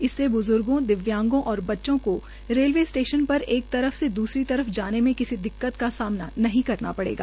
इसमें ब्ज्र्गो दिव्यांगों और बच्चों को रेलवे स्टेशन पर एक तरफ से दसूरी तरफ जाने में किसी दिक्कत का सामना नहीं करना पड़ेगा